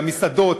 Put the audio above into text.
המסעדות,